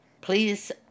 please